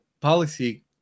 policy